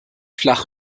flach